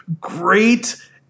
great